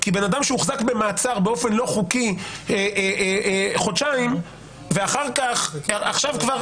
כי בן אדם שהוחזק במעצר באופן לא חוקי חודשיים ועכשיו כבר